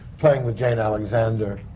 playing with jane alexander,